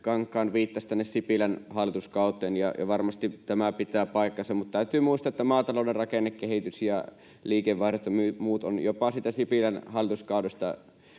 Kangas viittasi Sipilän hallituskauteen. Varmasti tämä pitää paikkansa, mutta täytyy muistaa, että maatalouden rakennekehitys ja liikevaihdot ja muut ovat jopa siitä Sipilän hallituskaudesta